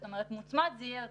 זאת אומרת, מוצמד זה יהיה יותר.